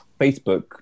Facebook